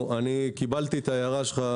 קיבלתי את ההערה שלך,